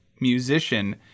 musician